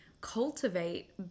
cultivate